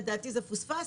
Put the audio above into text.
לדעתי זה פוספס,